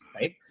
right